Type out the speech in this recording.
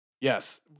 Yes